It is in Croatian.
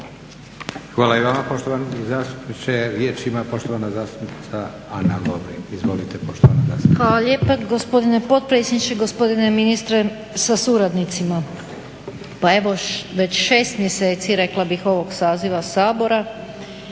Hvala i vama poštovani zastupniče. Riječ ima poštovana zastupnica Ana Lovrin. Izvolite. **Lovrin,